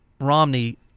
romney